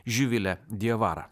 živilę diavarą